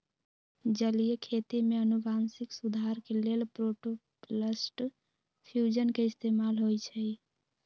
जलीय खेती में अनुवांशिक सुधार के लेल प्रोटॉपलस्ट फ्यूजन के इस्तेमाल होई छई